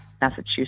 Massachusetts